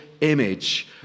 image